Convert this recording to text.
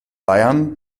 bayern